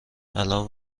الان